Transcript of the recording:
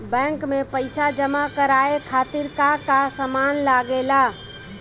Bank में पईसा जमा करवाये खातिर का का सामान लगेला?